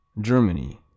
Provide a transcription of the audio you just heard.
Germany